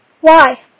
Why